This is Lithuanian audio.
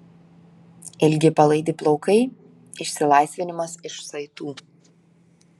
ilgi palaidi plaukai išsilaisvinimas iš saitų